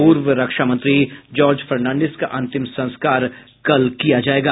पूर्व रक्षा मंत्री जार्ज फर्नांडिस का अंतिम संस्कार कल किया जायेगा